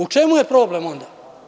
U čemu je problem onda?